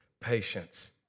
patience